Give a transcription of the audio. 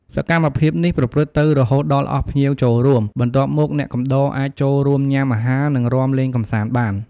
សកម្មភាពនេះប្រព្រឹត្តទៅរហូតដល់អស់ភ្ញៀវចូលរួម បន្ទាប់មកអ្នកកំដរអាចចូលរួមញុាំអាហារ និងរាំលេងកំសាន្តបាន។